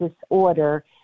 disorder